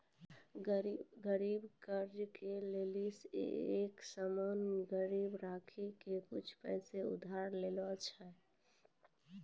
गरीब कर्जा ले लेली एक सामान गिरबी राखी के कुछु पैसा उधार लै छै